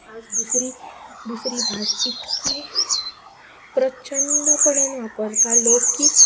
आज दुसरी दुसरी भास इतकी प्रचंडपणीन वापरता लोक की